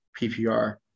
PPR